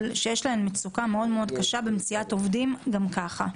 שיש להן מצוקה מאוד קשה במציאות עובדים גם ככה.